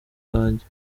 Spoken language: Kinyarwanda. banjye